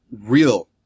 real